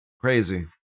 Crazy